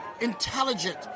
intelligent